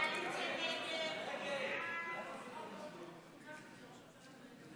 אורלי לוי אבקסיס לסעיף 14 לא